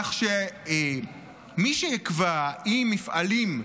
כך שמי שיקבע אם מפעלים,